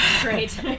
great